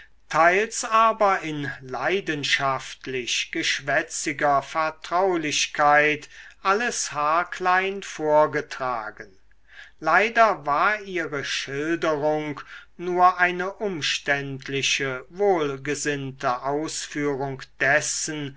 teils aber in leidenschaftlich geschwätziger vertraulichkeit alles haarklein vorgetragen leider war ihre schilderung nur eine umständliche wohlgesinnte ausführung dessen